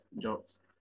jobs